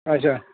اَچھا